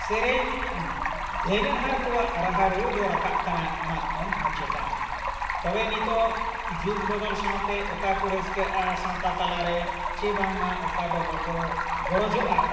ᱥᱮᱨᱮᱧ ᱜᱟᱹᱭᱱᱟᱹᱦᱟᱨ ᱠᱚᱣᱟᱜ ᱨᱟᱦᱟ ᱨᱟᱹᱲ ᱫᱚ ᱨᱟᱠᱟᱵ ᱠᱟᱱᱟ ᱚᱱᱟ ᱠᱷᱚᱱ ᱦᱚᱸ ᱪᱮᱛᱟᱱ ᱛᱚᱵᱮ ᱱᱤᱛᱳᱜ ᱡᱩᱜᱽ ᱵᱚᱫᱚᱞ ᱥᱟᱶᱛᱮ ᱚᱠᱟ ᱠᱚ ᱨᱟᱹᱥᱠᱟᱹᱜᱼᱟ ᱥᱟᱶᱛᱟ ᱛᱟᱞᱟᱨᱮ ᱥᱮ ᱵᱟᱝᱢᱟ ᱚᱠᱟ ᱫᱚ ᱵᱟᱠᱚ ᱜᱚᱨᱚᱡᱚᱜᱼᱟ